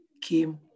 came